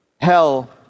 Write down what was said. hell